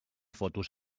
fotos